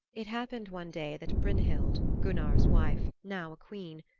it happened one day that brynhild, gunnar's wife, now a queen,